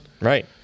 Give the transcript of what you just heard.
Right